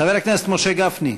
חבר הכנסת משה גפני,